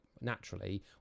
naturally